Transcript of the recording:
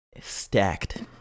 stacked